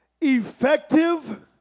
effective